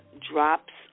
drops